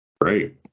Great